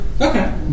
Okay